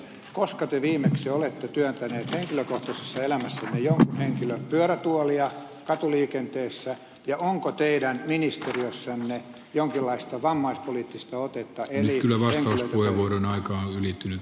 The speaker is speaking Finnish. koska te viimeksi olette työntäneet henkilökohtaisessa elämässänne jonkun henkilön pyörätuolia katuliikenteessä ja onko teidän ministeriössänne jonkinlaista vammaispoliittista otetta eli omaa puimurin aika on ylittynyt